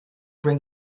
bring